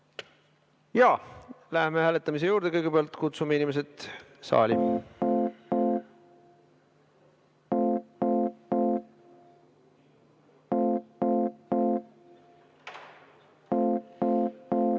Läheme hääletamise juurde. Kõigepealt kutsume inimesed saali.